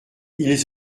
ils